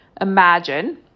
imagine